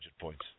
points